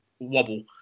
Wobble